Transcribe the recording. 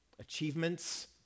Achievements